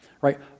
right